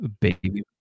Baby